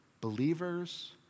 believers